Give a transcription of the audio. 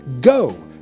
go